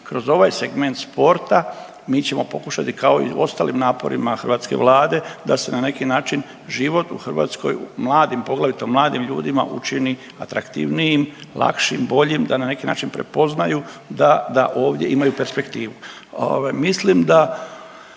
kroz ovaj segment sporta mi ćemo pokušati kao i u ostalim naporima hrvatske vlade da se na neki način život u Hrvatskoj mladim, poglavito mladim ljudima učini atraktivnijim, lakšim, boljim, da na neki način prepoznaju da da ovdje imaju perspektivu. Ovaj mislim da